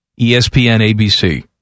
ESPN-ABC